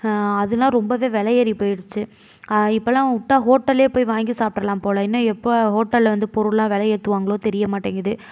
அதலாம் ரொம்பவே வெலை ஏறி போயிடுச்சு இப்போ எல்லாம் விட்டா ஹோட்டலியே போய் வாங்கி சாப்பிட்டுருலாம் போல இன்னும் எப்போ ஹோட்டலில் வந்து பொருள்லாம் வெலை ஏற்றுவாங்களோ தெரிய மாட்டேங்கிது